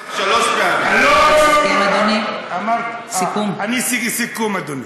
אמרת רצח שלוש פעמים.